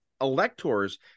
electors